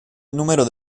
número